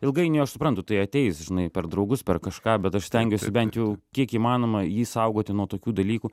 ilgainiui aš suprantu tai ateis žinai per draugus per kažką bet aš stengiuosi bent jau kiek įmanoma jį saugoti nuo tokių dalykų